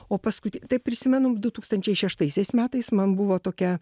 o paskui tai prisimenu du tūkstančiai šeštaisiais metais man buvo tokia